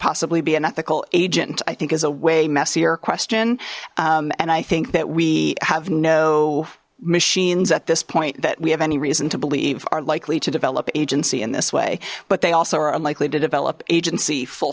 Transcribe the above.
possibly be an ethical agent i think is a way messier question and i think that we have no machines at this point that we have any reason to believe are likely to develop agency in this way but they also are unlikely to develop agency full